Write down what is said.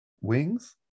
Wings